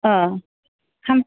अ सान